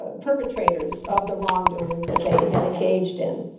ah perpetrators of the wrongdoing that they had engaged in.